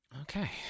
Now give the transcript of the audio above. okay